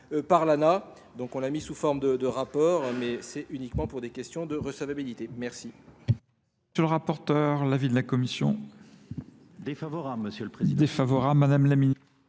par l'ANA. Donc on l'a mise sous forme de rapport, mais c'est uniquement pour des questions de recevabilité. Merci.